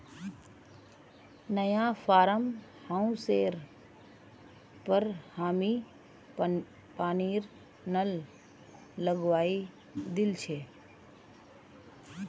नया फार्म हाउसेर पर हामी पानीर नल लगवइ दिल छि